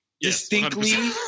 distinctly